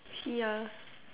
see ya